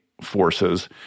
forces